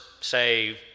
say